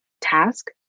task